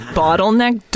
bottleneck